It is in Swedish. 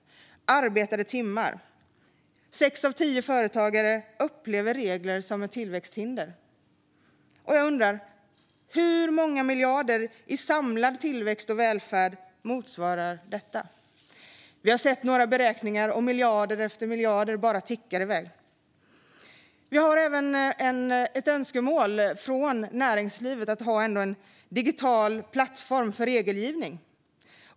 Sex av tio företagare upplever regler som tillväxthinder. Jag undrar: Hur många miljarder i samlad tillväxt och välfärd motsvarar detta? Vi har sett några beräkningar, och miljarder efter miljarder bara tickar iväg. Det finns ett önskemål från näringslivet om att ha en digital plattform för regelgivning.